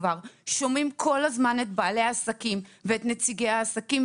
שומעים כל הזמן את בעלי העסקים ואת נציגי העסקים,